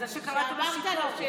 על זה שקראת לו "שיכור".